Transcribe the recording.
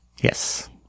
Yes